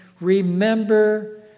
Remember